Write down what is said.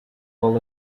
call